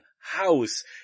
house